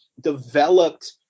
developed